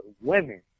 women